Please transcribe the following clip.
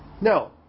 Now